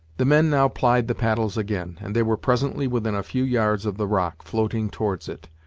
the men now plied the paddles again, and they were presently within a few yards of the rock, floating towards it,